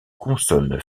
consonne